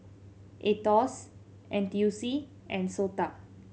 Aetos N T U C and SOTA